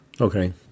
Okay